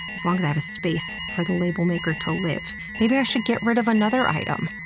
as long as i have a space for the label maker to live. maybe i should get rid of another item.